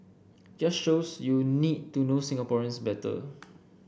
just shows you need to know Singaporeans better